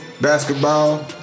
basketball